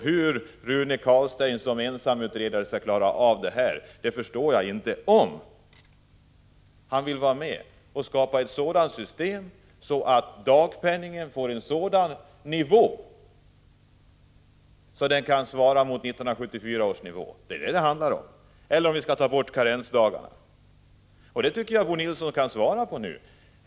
Hur Rune Carlstein som ensamutredare skall kunna klara av detta förstår jag inte, om han vill vara med om att skapa ett system där dagpenningen får en sådan nivå att den svarar mot 1974 års ersättningsnivå. Det är detta det handlar om, eller om vi skall ta bort karensdagarna. I detta sammanhang tycker jag att Bo Nilsson kan ge ett svar nu.